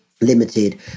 limited